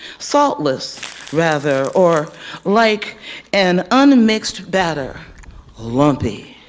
faultless rather, or like an unmixed batter lumpy.